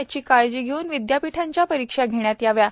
याची काळजी घेऊन विद्यापीठांच्या परीक्षा घेण्यात याव्यात